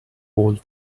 old